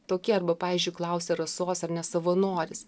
tokie arba pavyzdžiui klausia rasos ar ne savanoris